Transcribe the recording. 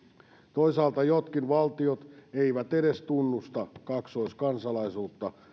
toisaalta jotkin valtiot eivät edes tunnusta kaksoiskansalaisuutta